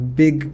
big